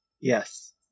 Yes